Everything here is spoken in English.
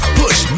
push